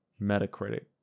Metacritic